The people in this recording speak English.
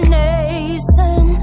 nation